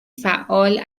فعال